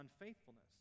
unfaithfulness